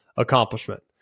accomplishment